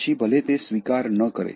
પછી ભલે તે સ્વીકાર ન કરે